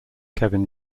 kevin